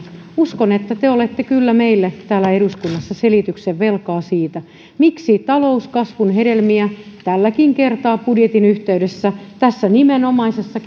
uskon että te te olette kyllä meille täällä eduskunnassa selityksen velkaa siitä miksi talouskasvun hedelmiä tälläkin kertaa budjetin yhteydessä tässä nimenomaisessa